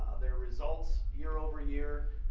their results year over year,